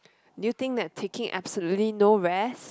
do you think that taking absolutely no rest